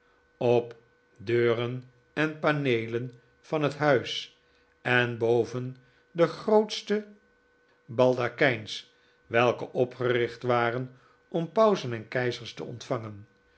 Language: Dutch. op deuren en paneelen van het huis en boven de grootsche baldakijns welke opgericht waren om pausen en keizers te optvangen